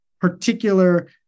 particular